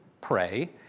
pray